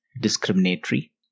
discriminatory